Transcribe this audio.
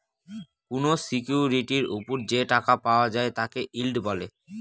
কোনো সিকিউরিটির ওপর যে টাকা পাওয়া যায় তাকে ইল্ড বলে